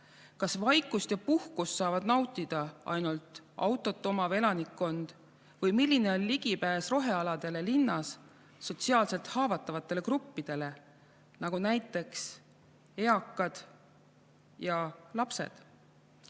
Kas vaikust ja puhkust saab nautida ainult autot omav elanikkond või milline on ligipääs rohealadele linnas sotsiaalselt haavatavatel gruppidel, nagu näiteks eakad ja lapsed?